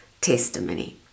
testimony